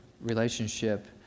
relationship